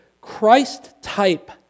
Christ-type